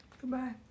Goodbye